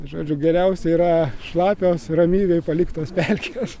tai žodžiu geriausia yra šlapios ramybėj paliktos pelkės